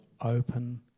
open